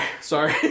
Sorry